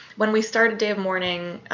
when we start a day of mourning,